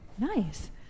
Nice